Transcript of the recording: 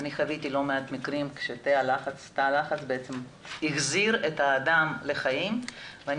אני חוויתי לא מעט מקרים שתא הלחץ החזיר את האדם לחיים ואני